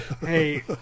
Hey